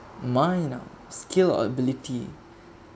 mine ah skill ability